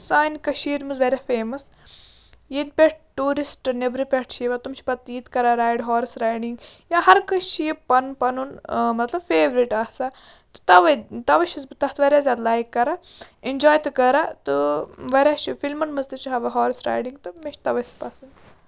سانہِ کٔشیٖر منٛز واریاہ فیمَس ییٚتہِ پٮ۪ٹھ ٹوٗرِسٹ نیٚبرٕ پٮ۪ٹھ چھِ یِوان تِم چھِ پَتہٕ ییٚتہِ کَران رایڈ ہارٕس رایڈِنٛگ یا ہَر کٲنٛسہِ چھِ یہِ پَنُن پَنُن مَطلَب فیورِٹ آسان تہٕ تَوَے تَوَے چھَس بہٕ تَتھ واریاہ زیادٕ لایِک کَران اٮ۪نجاے تہٕ کَران تہٕ واریاہ چھِ فِلمن منٛز تہِ چھِ ہاوان ہارٕس رایڈِنٛگ تہٕ مےٚ چھِ تَوَے سُہ پَسنٛد